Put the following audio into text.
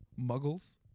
muggles